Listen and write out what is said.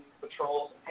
patrols